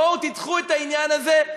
בואו תדחו את העניין הזה,